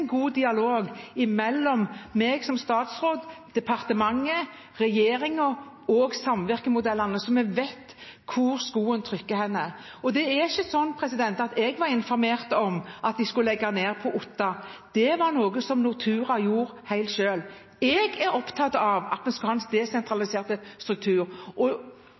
god dialog mellom meg som statsråd, departementet, regjeringen og samvirkemodellene, så vi vet hvor skoen trykker. Det er ikke slik at jeg var informert om at de skulle legge ned på Otta. Det var noe Nortura gjorde helt selv. Jeg er opptatt av at vi skal ha en desentralisert struktur, og